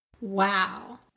Wow